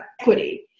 equity